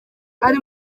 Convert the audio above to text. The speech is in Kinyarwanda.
ari